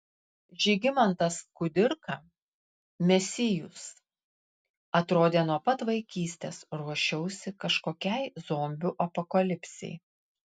žygimantas kudirka mesijus atrodė nuo pat vaikystės ruošiausi kažkokiai zombių apokalipsei